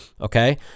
Okay